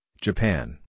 Japan